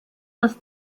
das